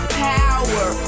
power